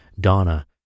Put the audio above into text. Donna